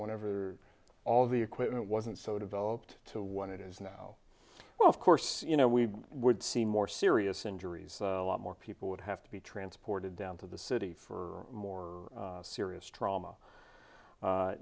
whatever all the equipment wasn't so developed to what it is now well of course you know we would see more serious injuries a lot more people would have to be transported down to the city for more serious trauma